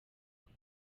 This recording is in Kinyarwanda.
kwe